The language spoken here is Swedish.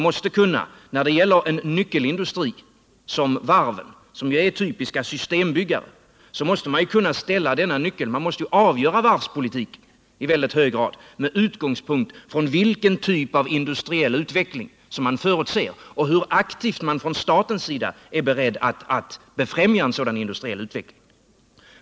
Varven, som ju är typiska systembyggare, är en nyckelindustri. Man måste i hög grad avgöra varvsindustrins framtid med utgångspunkt i vilken typ av industriell utveckling man förutser och hur aktivt man från statens sida är beredd att befrämja en sådan industriell utveckling.